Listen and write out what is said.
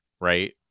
right